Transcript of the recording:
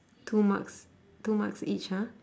two marks two marks each !huh!